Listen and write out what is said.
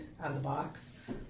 out-of-the-box